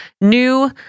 new